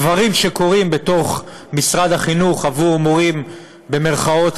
דברים שקורים בתוך משרד החינוך עבור מורים "רגילים",